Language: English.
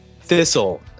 Thistle